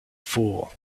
fool